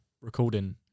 recording